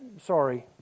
sorry